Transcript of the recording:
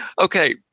Okay